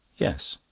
yes.